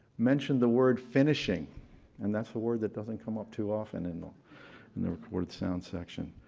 mentioned the word finishing and that's the word that doesn't come up too often in the and the recorded sound section.